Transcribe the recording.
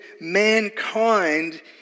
mankind